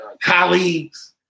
colleagues